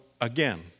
again